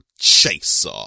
chaser